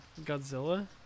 Godzilla